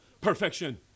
perfection